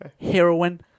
Heroin